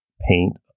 paint